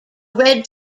red